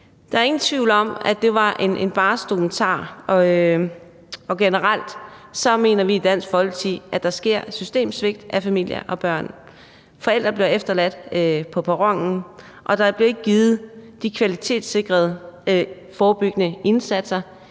Der er ingen tvivl om, at det var en barsk dokumentar. Generelt mener vi i Dansk Folkeparti, at der sker et systemsvigt af familier og børn. Forældre bliver efterladt på perronen, og der bliver ikke ydet de kvalitetssikrede